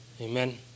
Amen